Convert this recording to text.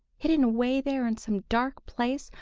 hidden away there in some dark place,